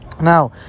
Now